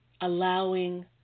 allowing